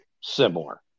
similar